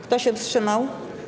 Kto się wstrzymał?